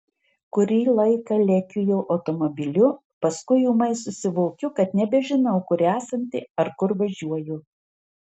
kurį laiką lekiu jo automobiliu paskui ūmai susivokiu kad nebežinau kur esanti ar kur važiuoju